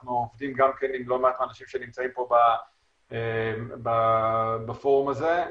אנחנו עובדים גם כן עם לא מעט מהאנשים שנמצאים פה בפורום הזה,